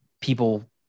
people